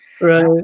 Right